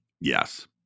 Yes